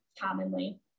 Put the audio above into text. commonly